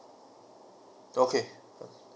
okay